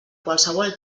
qualsevol